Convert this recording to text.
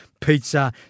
pizza